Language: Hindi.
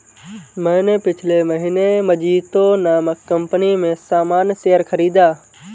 मैंने पिछले महीने मजीतो नामक कंपनी में सामान्य शेयर खरीदा